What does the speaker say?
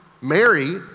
Mary